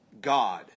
God